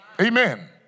Amen